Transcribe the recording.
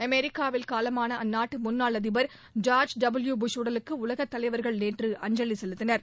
அமெரிக்காவில் காலமான அந்நாட்டு முன்னாள் அதிபர் ஜார்ஜ் டபிள்யூ புஷ் உடலுக்கு உலகத் தலைவர்கள் நேற்று அஞ்சலி செலுத்தினர்